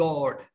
God